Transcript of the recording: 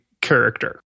character